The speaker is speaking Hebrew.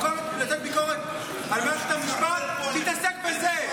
במקום לתת ביקורת על מערכת המשפט, תתעסק בזה.